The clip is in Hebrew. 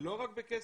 לא רק בכסף.